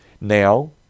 now